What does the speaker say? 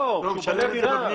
לא, כשהוא בונה דירה.